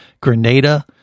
Grenada